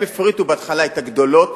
הם הפריטו בהתחלה את הגדולות,